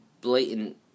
blatant